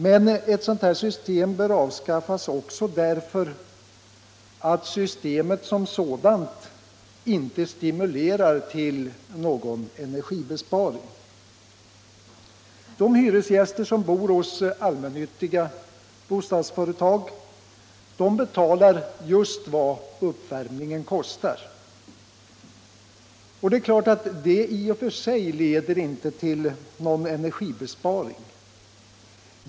Men ett sådant här system bör avskaffas också därför att systemet som sådant inte stimulerar till någon energibesparing. De hyresgäster som bor hos allmännyttiga bostadsföretag betalar just vad uppvärmningen kostar. Det är klart att det i och för sig inte leder till någon energibesparing.